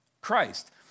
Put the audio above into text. Christ